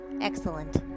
Excellent